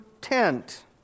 tent